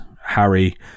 Harry